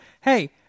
Hey